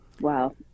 wow